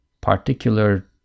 particular